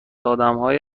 آدمهای